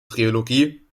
trilogie